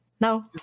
No